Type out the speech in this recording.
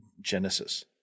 Genesis